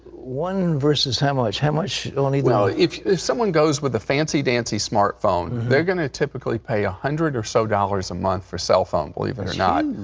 one verses how much? how much on either end? if if someone goes with a fancy-dancy, smartphone, they're going to typically pay a hundred or so dollars a month for cell phone, believe it.